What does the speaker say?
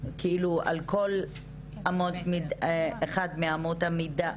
על כל אחת מאמות המידה.